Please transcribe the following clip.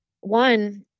One